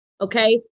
Okay